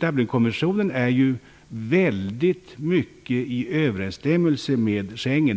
Dublinkonventionen är väldigt mycket i överensstämmelse med Schengenavtalet.